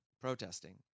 protesting